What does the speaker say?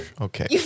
okay